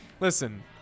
Listen